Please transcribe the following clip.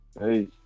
Hey